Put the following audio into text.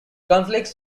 conflicts